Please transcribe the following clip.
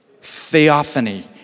Theophany